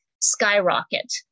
skyrocket